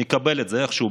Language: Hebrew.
נקבל את זה איכשהו.